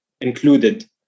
included